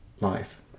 life